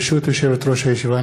ברשות יושבת-ראש הישיבה,